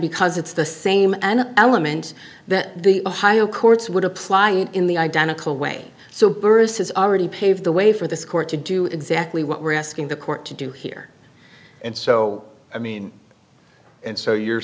because it's the same an element that the ohio courts would apply in the identical way so burris has already paved the way for this court to do exactly what we're asking the court to do here and so i mean and so you're